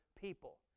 people